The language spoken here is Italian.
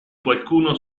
qualcuno